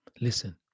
Listen